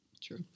True